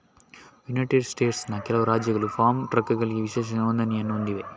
United ಸ್ಟೇಟ್ಸ್ನ ಕೆಲವು ರಾಜ್ಯಗಳು ಫಾರ್ಮ್ ಟ್ರಕ್ಗಳಿಗೆ ವಿಶೇಷ ನೋಂದಣಿಯನ್ನು ಹೊಂದಿವೆ